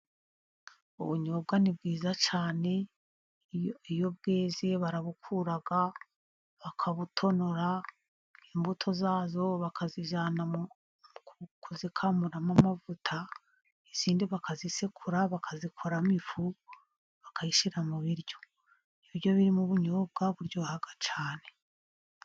Ubunyobwa ni bwiza cyane, iyo bweze barabukuranga, bakabutonora, imbuto za zo bakazijyana kuzikamuramo amavuta, izindi bakazisekura, bakazikoramo ifu bakayishyira mu biryo. Ibiryo birimo ubunyobwa buryoha cyane.